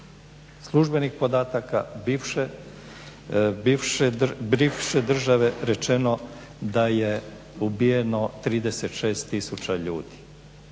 službenih podataka bivše države rečeno da je ubijeno 36000 ljudi.